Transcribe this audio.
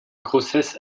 grossesse